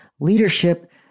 leadership